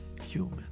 human